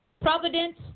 Providence